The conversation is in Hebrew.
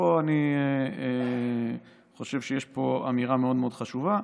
ואני חושב שיש פה אמירה מאוד חשובה,